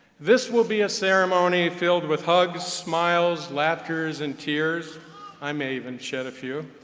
this will be a ceremony filled with hugs, smiles, laughters, and tears i may even shed a few,